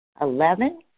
Eleven